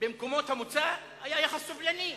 במקומות המוצא היה יחס סובלני.